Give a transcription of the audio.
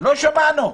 לא שמענו.